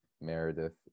Meredith